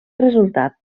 resultat